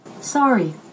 Sorry